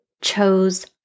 chose